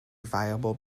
viable